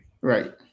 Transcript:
Right